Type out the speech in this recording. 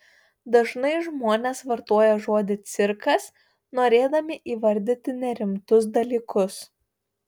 dažnai žmonės vartoja žodį cirkas norėdami įvardyti nerimtus dalykus